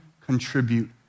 contribute